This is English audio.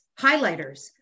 highlighters